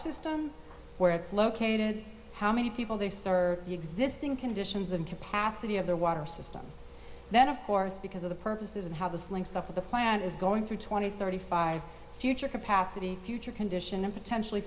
system where it's located how many people they serve the existing conditions and capacity of the water system then of course because of the purposes of how this links up with the plan is going through twenty thirty five future capacity future condition and potentially